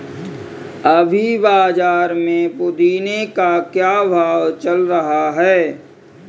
अभी बाज़ार में पुदीने का क्या भाव चल रहा है